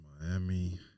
Miami